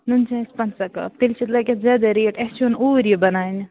نُن چایَس پنٛژاہ کَپ تیٚلہِ چھِ لَگہِ اَتھ زیادٕ ریٹ اَسہِ چھِ یُن اوٗرۍ یہِ بَناونہِ